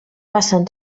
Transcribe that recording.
passen